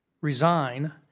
resign